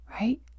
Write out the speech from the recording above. Right